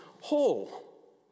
whole